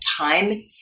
time